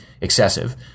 excessive